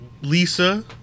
Lisa